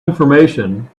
information